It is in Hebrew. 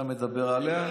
אתה מדבר עליה,